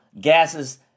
gases